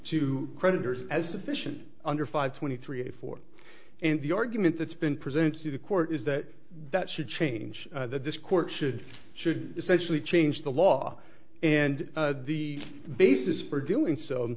to creditors as deficient under five twenty three eighty four and the argument that's been presented to the court is that that should change that this court should should essentially change the law and the basis for doing so